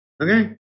Okay